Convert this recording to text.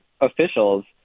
officials